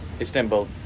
Istanbul